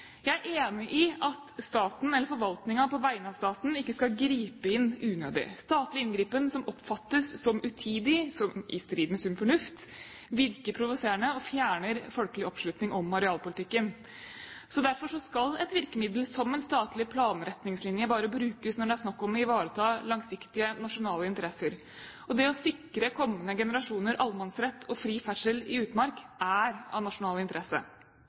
Jeg er enig i at staten, eller forvaltningen på vegne av staten, ikke skal gripe inn unødig. Statlig inngripen som oppfattes som utidig, i strid med sunn fornuft, virker provoserende og fjerner folkelig oppslutning om arealpolitikken. Derfor skal et virkemiddel som en statlig planretningslinje bare brukes når det er snakk om å ivareta langsiktige nasjonale interesser. Det å sikre kommende generasjoner allemannsrett og fri ferdsel i utmark er av nasjonal interesse.